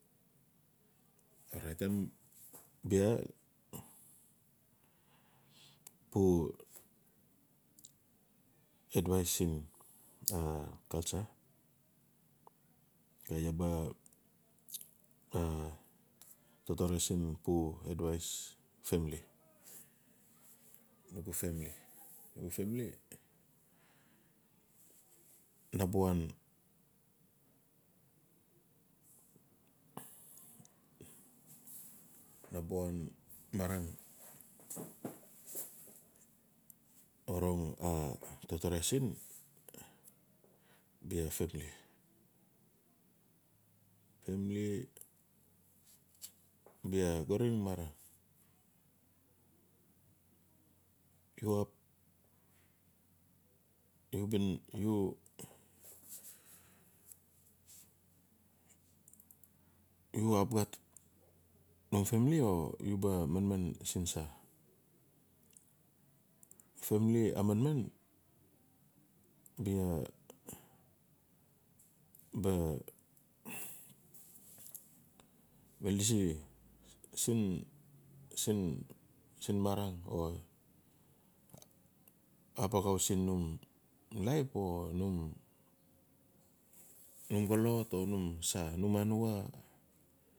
Orait em bia pu advais siin culture. Iaa ba totore siin pu advais famili, nugu famili namba wan- namba wan marang. orong totore siin bia famili. Famili bua xarin marang u ap u bin u ap gat no famili o u ba maman suun sa, famili a manman bia ba lasi siin sa marang ap axau siin num life o num xolot o u sa o num anua.